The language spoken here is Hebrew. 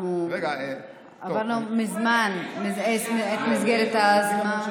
עברנו מזמן את מסגרת הזמן.